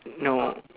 no